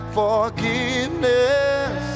forgiveness